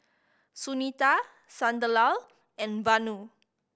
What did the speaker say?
Sunita Sunderlal and Vanu